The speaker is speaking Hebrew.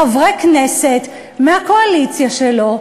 חברי כנסת מהקואליציה שלו,